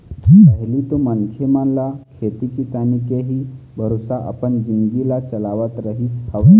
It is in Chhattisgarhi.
पहिली तो मनखे मन ह खेती किसानी के ही भरोसा अपन जिनगी ल चलावत रहिस हवय